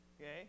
okay